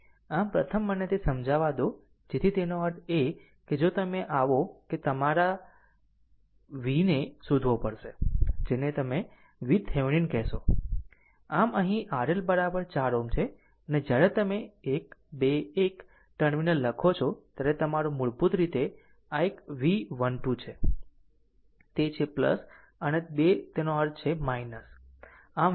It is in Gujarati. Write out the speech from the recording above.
આમ પ્રથમ મને તે સમજાવા દો જેથી તેનો અર્થ એ કે જો તમે આવો કે તમારે તમારા V ને શોધવો પડશે જેને તમે VThevenin કહેશો આમ અહીં RL 4 Ω છે અને જ્યારે તમે 1 2 1 ટર્મિનલ લખો છો ત્યારે તમારું મૂળભૂત રીતે આ એક V 1 2 છે તે છે અને બે અર્થ તે છે